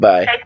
Bye